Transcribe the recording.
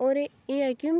होर एह् ऐ कि